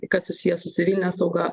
kas susiję su civiline sauga